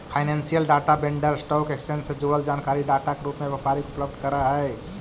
financial data vendor stock exchange से जुड़ल जानकारी डाटा के रूप में व्यापारी के उपलब्ध करऽ हई